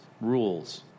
rules